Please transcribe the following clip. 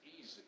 easy